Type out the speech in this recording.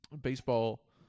baseball